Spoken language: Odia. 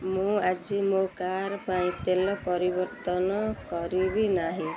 ମୁଁ ଆଜି ମୋ କାର୍ ପାଇଁ ତେଲ ପରିବର୍ତ୍ତନ କରିବି ନାହିଁ